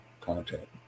content